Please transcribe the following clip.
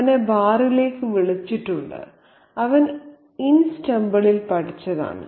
അവനെ ബാറിലേക്ക് വിളിച്ചിട്ടുണ്ട് അവൻ ഇൻസ് ടെമ്പിളിൽ പഠിച്ചു